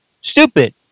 Stupid